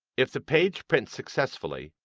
if the page prints successfully,